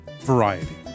variety